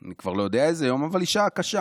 אני כבר לא יודע איזה יום, אבל זו שעה קשה,